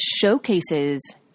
showcases